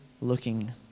looking